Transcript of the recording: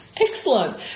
excellent